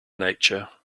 nature